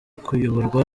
kuyoborwa